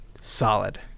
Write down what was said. Solid